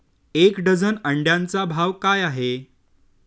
एक डझन अंड्यांचा भाव काय आहे?